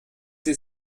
sie